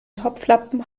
topflappen